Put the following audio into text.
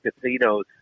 casinos